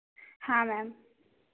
हाँ मेम